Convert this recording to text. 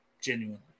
genuinely